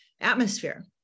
atmosphere